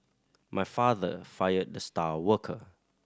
my father fired the star worker